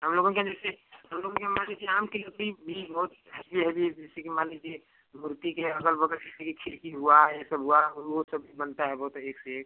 हम लोगों के यहाँ जैसे हम लोगों के यहाँ मान लीजिए हम कीमती भी बहुत हैवी हैवी जैसे कि मान लीजिए मूर्ति के अगल बगल कहीं खिड़की हुआ ये सब हुआ वो सब भी बनता है बहुत एक से एक